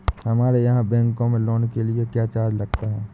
हमारे यहाँ बैंकों में लोन के लिए क्या चार्ज लगता है?